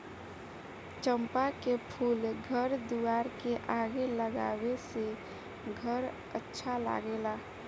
चंपा के फूल घर दुआर के आगे लगावे से घर अच्छा लागेला